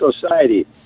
society